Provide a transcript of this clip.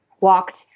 walked